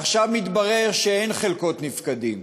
ועכשיו מתברר שאין חלקות נפקדים